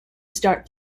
start